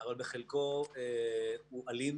אבל בחלקו הוא אלים